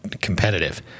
competitive